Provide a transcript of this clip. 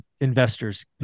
investors